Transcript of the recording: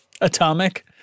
Atomic